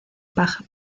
paja